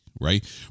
right